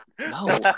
No